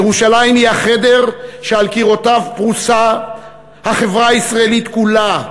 ירושלים היא החדר שעל קירותיו פרוסה החברה הישראלית כולה,